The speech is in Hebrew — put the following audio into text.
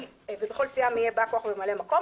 ובכל סיעה מי יהיה בא כוח וממלא מקום.